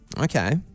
Okay